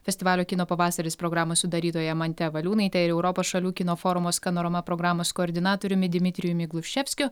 festivalio kino pavasaris programos sudarytoja mante valiūnaite ir europos šalių kino forumo skanorama programos koordinatoriumi dmitrijumi gluščevskiu